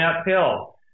uphill